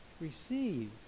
receive